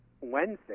Wednesday